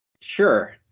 Sure